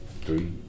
three